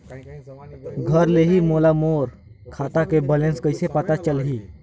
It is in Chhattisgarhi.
घर ले ही मोला मोर खाता के बैलेंस कइसे पता चलही?